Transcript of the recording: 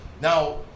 Now